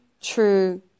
true